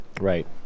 right